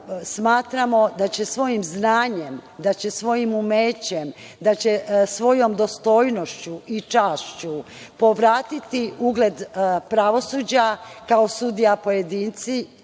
smatramo da će svojim znanjem, da će svojim umećem, da će svojom dostojnošću i čašću povratiti ugled pravosuđa, kao sudije pojedinci,